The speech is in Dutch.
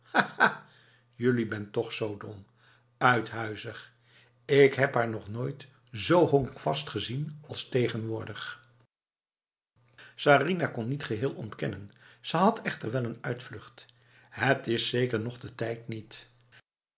jullie bent toch zo dom uithuizig ik heb haar nog nooit zo hokvast gezien als tegenwoordig sarinah kon het niet geheel ontkennen ze had echter wel een uitvlucht het is zeker nog de tijd nietb